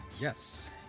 yes